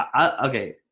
Okay